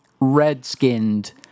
red-skinned